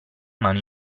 mano